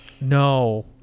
no